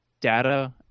data